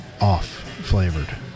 off-flavored